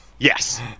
Yes